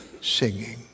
Singing